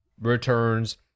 returns